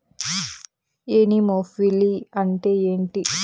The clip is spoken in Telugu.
ఎనిమోఫిలి అంటే ఏంటి?